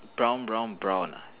brown brown brown ah